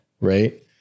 right